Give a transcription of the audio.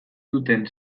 duten